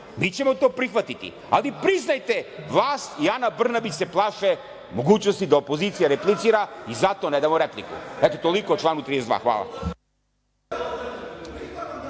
Mi ćemo to prihvatiti. Ali, priznajte, vlast i Ana Brnabić se plaše mogućnosti da opozicija replicira i zato ne damo repliku. Eto, toliko o članu 32. Hvala.